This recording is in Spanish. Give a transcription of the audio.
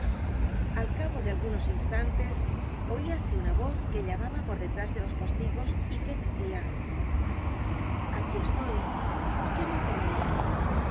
al cabo de algunos instantes oíase una voz que llamaba por detrás de los postigos y que decia aquí estoy qué me quereis